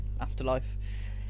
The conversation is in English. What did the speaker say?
afterlife